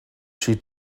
she